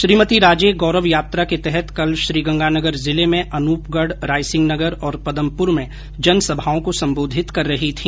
श्रीमती राजे गौरव यात्रा के तहत कल श्रीगंगानगरजिले में अनूपगढ़ रायसिंह नगर और पदमपुर में जनसभाओं को संबोधित कर रही थी